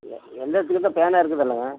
எ எழுதுறதுக்குதான் பேனா இருக்குதுல்லங்க